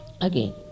Again